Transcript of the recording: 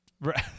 Right